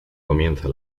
comienza